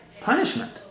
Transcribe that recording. punishment